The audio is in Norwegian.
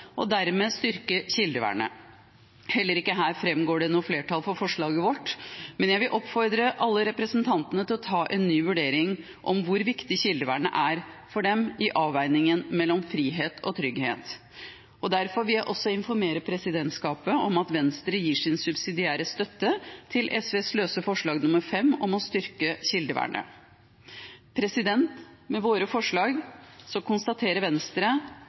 og dermed styrke kildevernet. Heller ikke her framgår det noe flertall for forslaget vårt, men jeg vil oppfordre alle representantene til å ta en ny vurdering av hvor viktig kildevernet er for dem i avveiningen mellom frihet og trygghet. Derfor vil jeg også informere presidentskapet om at Venstre gir sin subsidiære støtte til SVs løse forslag nr. 5, om å styrke kildevernet. Med våre forslag konstaterer Venstre